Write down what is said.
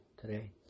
today